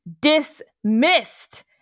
dismissed